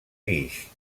guix